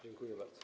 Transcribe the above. Dziękuję bardzo.